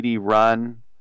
run